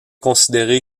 considéré